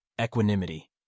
equanimity